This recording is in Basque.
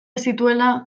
zituela